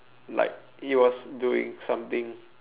like he was doing something